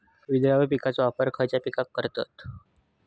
विद्राव्य खताचो वापर खयच्या पिकांका करतत?